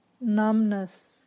numbness